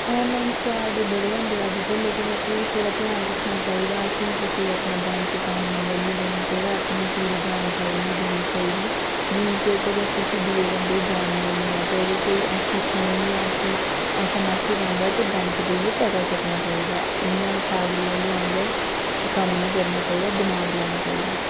online fraud बड़े होंदे अज्जकल लेकिन असेंगी थोह्ड़ा ध्यान रक्खना चाहिदा असेंगी कुसै गी अपना बैंक आकोंट नंबर नेईं देना चाहिदा अपनी पूरी जानकारी निं देनी चाहिदी जिन्ने चिर तगर अस तुसी दुए बंदे गी जानने नी ऐ ते अगर कोई ऐसी फोन जां ऐसी ऐसा मैसज़ आंदा ऐ ते बैंक जाइयै पता करना चाहिदा इ'यां पागलें आह्ले आंह्गर कम्म नी करना चाहिदा दमाग लाना चाहिदा